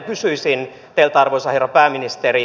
kysyisin teiltä arvoisa herra pääministeri